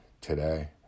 today